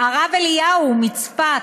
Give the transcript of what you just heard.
הרב אליהו מצפת,